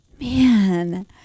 Man